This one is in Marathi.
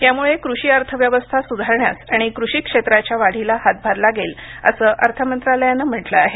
यामुळे कृषी अर्थव्यवस्था सुधारण्यास आणि कृषीक्षेत्राच्या वाढीला हातभार लागेल असं अर्थमंत्रालयानं म्हटलं आहे